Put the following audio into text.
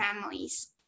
families